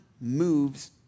moves